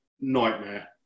nightmare